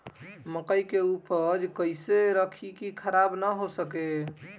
मकई के उपज कइसे रखी की खराब न हो सके?